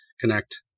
connect